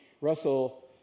russell